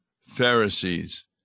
Pharisees